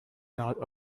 not